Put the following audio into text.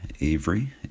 Avery